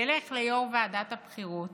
ילך ליושב-ראש ועדת הבחירות,